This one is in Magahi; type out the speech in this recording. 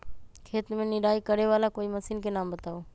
खेत मे निराई करे वाला कोई मशीन के नाम बताऊ?